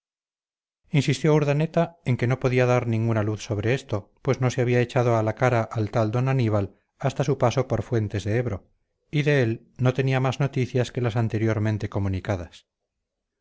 insistió urdaneta en que no podía dar ninguna luz sobre esto pues no se había echado a la cara al tal d aníbal hasta su paso por fuentes de ebro y de él no tenía más noticias que las anteriormente comunicadas